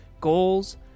goals